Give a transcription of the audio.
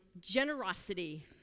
generosity